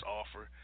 offer